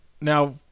Now